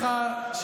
הייתה לך אפס השפעה,